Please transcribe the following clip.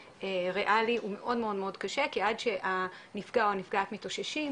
ריאלי הוא מאוד קשה כי עד שהנפגע או הנפגעת מתאוששים